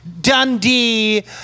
Dundee